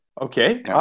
Okay